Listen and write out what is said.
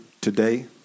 today